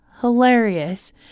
Hilarious